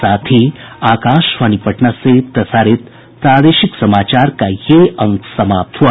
इसके साथ ही आकाशवाणी पटना से प्रसारित प्रादेशिक समाचार का ये अंक समाप्त हुआ